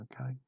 okay